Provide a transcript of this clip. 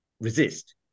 resist